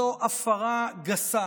זו הפרה גסה